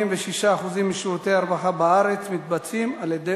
86% משירותי הרווחה בארץ מתבצעים על-ידי